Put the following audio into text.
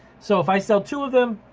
so if i sell two of them,